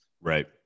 Right